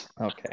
Okay